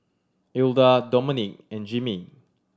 Ilda Domonique and Jimmie